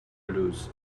luz